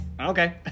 okay